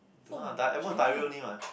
don't know ah dia~ at most diarrhea only [what]